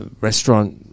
restaurant –